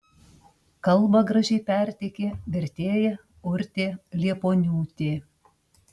kalbą gražiai perteikė vertėja urtė liepuoniūtė